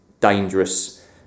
dangerous